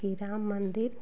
कि राम मंदिर